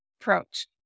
approach